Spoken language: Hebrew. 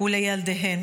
ולילדיהן